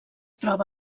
troba